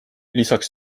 lisaks